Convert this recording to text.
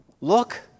Look